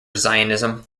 zionism